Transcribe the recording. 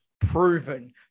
proven